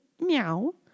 Meow